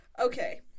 Okay